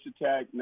attack